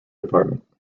department